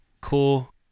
Cool